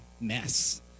mess